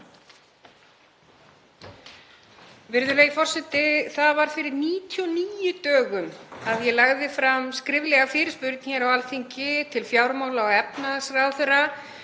Virðulegi forseti. Það var fyrir 99 dögum að ég lagði fram skriflega fyrirspurn hér á Alþingi til fjármála- og efnahagsráðherra